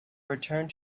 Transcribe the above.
returned